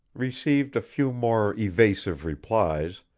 received a few more evasive replies,